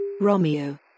Romeo